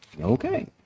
Okay